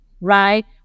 right